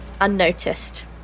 unnoticed